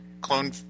clone